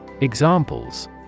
examples